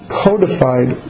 codified